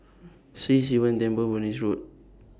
Sri Sivan Temple Road